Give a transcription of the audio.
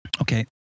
Okay